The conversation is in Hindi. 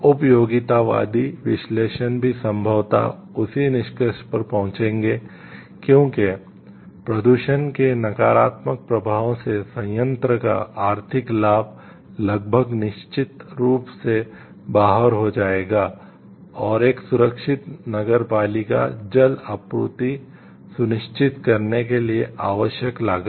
उपयोगितावादी विश्लेषण भी संभवतः उसी निष्कर्ष पर पहुंचेंगे क्योंकि प्रदूषण के नकारात्मक प्रभावों से संयंत्र का आर्थिक लाभ लगभग निश्चित रूप से बाहर हो जाएगा और एक सुरक्षित नगरपालिका जल आपूर्ति सुनिश्चित करने के लिए आवश्यक लागत